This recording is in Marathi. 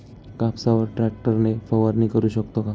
कापसावर ट्रॅक्टर ने फवारणी करु शकतो का?